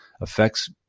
affects